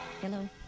Hello